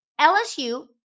LSU